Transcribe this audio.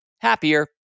happier